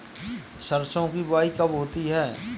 सरसों की बुआई कब होती है?